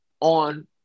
on